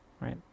right